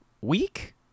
week